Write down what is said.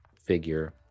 figure